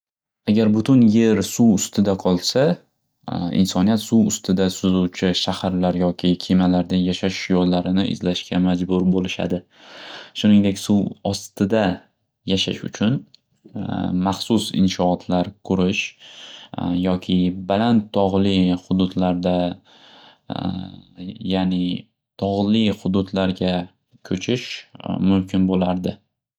Agar butun yer suv ustida qolsa, insoniyat suv ustida suzuvchi shaharlar yoki kemalardayashash yo'llarini izlashga majbur bo'lishadi. Shuningdek suv ostida yashash uchun maxsus inshoatlar qurish yoki baland tog'li hududlarda ya'ni tog'li hududlarga ko'chish mumkin bo'lardi.